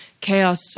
chaos